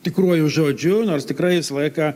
tikruoju žodžiu nors tikrai visą laiką